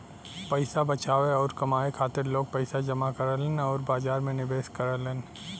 पैसा बचावे आउर कमाए खातिर लोग पैसा जमा करलन आउर बाजार में निवेश करलन